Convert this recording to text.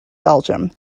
belgium